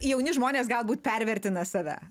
jauni žmonės galbūt pervertina save